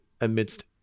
amidst